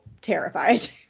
terrified